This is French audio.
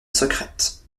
secrète